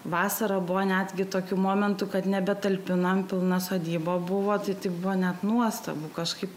vasarą buvo netgi tokių momentų kad nebetalpinam pilna sodyba buvo tai buvo net nuostabu kažkaip